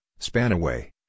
Spanaway